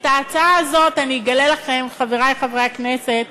את ההצעה הזאת, אגלה לכם, חברי חברי הכנסת,